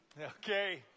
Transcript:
Okay